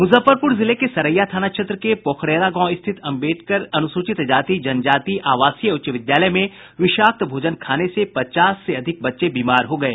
मुजफ्फरपुर जिले के सरैया थाना क्षेत्र के पौखरैरा गांव स्थित अम्बेडकर अनुसूचित जाति जनजाति आवासीय उच्च विद्यालय में विषाक्त भोजन खाने से पचास से अधिक बच्चे बीमार हो गये